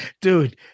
Dude